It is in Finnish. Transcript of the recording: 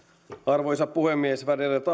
arvoisa puhemies värderade